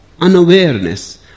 unawareness